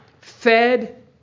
fed